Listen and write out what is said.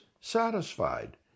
satisfied